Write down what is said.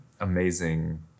amazing